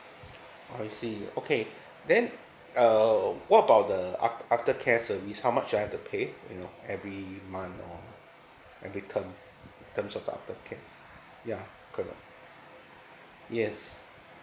I see okay then uh what about the af~ after care service how much do I have to pay you know every month or every term in terms of the after care yeah correct yes